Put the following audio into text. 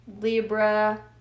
Libra